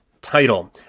title